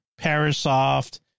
parasoft